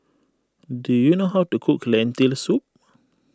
do you know how to cook Lentil Soup